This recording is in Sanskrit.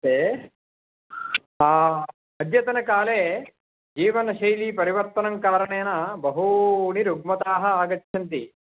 ते अद्यतनकाले जीवनशैली परिवर्तनं कारणेन बहूनि रुग्मताः आगच्छन्ति